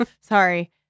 Sorry